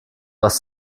was